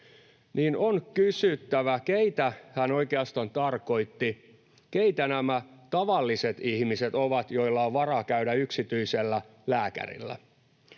niin keitä hän oikeastaan tarkoitti. Keitä nämä tavalliset ihmiset ovat, joilla on varaa käydä yksityisellä lääkärillä?